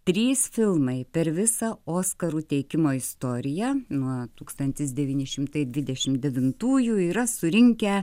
trys filmai per visą oskarų teikimo istoriją nuo tūkstantis devyni šimtai dvidešimt devintųjų yra surinkę